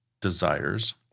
desires